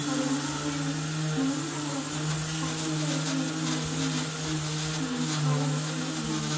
പതിമൂന്ന് രൂപയിൽ നിന്നും മൂന്നു രൂപ കുറച്ചു പത്ത് രൂപ എടുക്കുന്ന ഒരു സാഹചര്യമാണ് ഇപ്പം പല ബസ്സുകളിലും ഉണ്ടാകുന്നത്